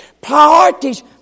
priorities